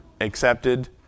accepted